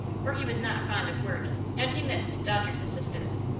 for he was not fond of work, and he missed dodger's assistance.